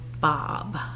Bob